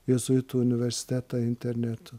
jėzuitų universitetą internetu